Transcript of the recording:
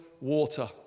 water